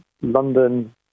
London